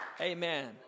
amen